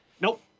Nope